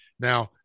Now